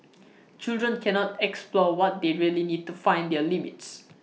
children cannot explore what they really need to find their limits